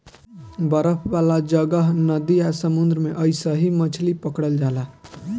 बरफ वाला जगह, नदी आ समुंद्र में अइसही मछली पकड़ल जाला